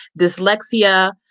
dyslexia